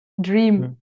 Dream